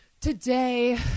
Today